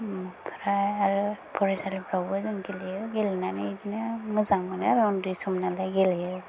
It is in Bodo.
ओमफ्राय आरो फरायसालिफ्रावबो जों गेलेयो गेलेनानै बिदिनो मोजां मोनो आरो उन्दै सम नालाय गेलेयो